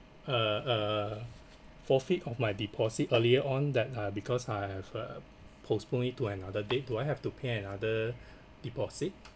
uh uh forfeit of my deposit earlier on that uh because I have uh postponed it to another date do I have to pay another deposit